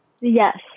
Yes